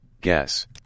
Guess